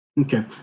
Okay